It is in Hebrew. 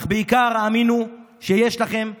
אך בעיקר האמינו שיש לכם כנפיים.